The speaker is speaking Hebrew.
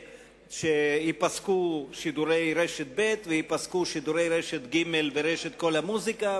תהיה שייפסקו שידורי רשת ב' וייפסקו שידורי רשת ג' ורשת "קול המוזיקה",